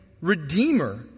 redeemer